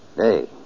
Hey